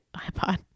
iPod